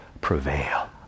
prevail